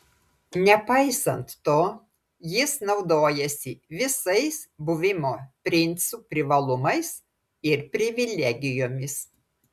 nepaisant to jis naudojasi visais buvimo princu privalumais ir privilegijomis